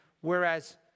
whereas